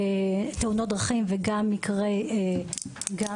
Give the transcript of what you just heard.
תאונות דרכים, וגם מקרי רצח.